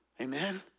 Amen